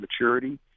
maturity